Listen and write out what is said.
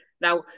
Now